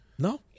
No